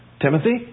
Timothy